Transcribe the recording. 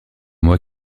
moi